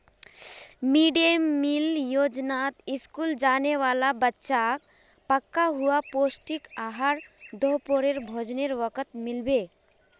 mid day meal योजनात school जाने वाला बच्चाक पका हुआ पौष्टिक आहार दोपहरेर भोजनेर वक़्तत मिल बे